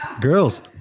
girls